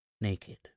naked